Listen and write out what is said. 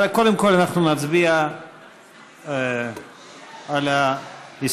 אבל קודם כול אנחנו נצביע על ההסתייגויות.